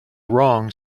wrong